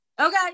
Okay